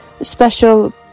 special